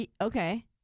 Okay